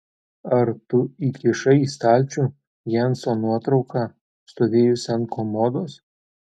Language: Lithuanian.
ar tu įkišai į stalčių jenso nuotrauką stovėjusią ant komodos